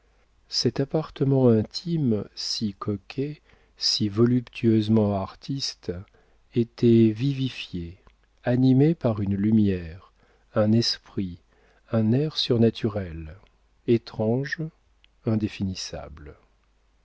cet appartement intime si coquet si voluptueusement artiste étaient vivifiés animés par une lumière un esprit un air surnaturels étranges indéfinissables